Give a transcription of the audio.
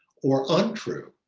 or untrue,